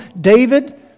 David